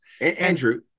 Andrew